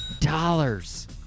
Dollars